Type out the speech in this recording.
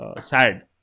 sad